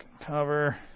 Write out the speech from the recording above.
cover